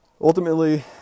ultimately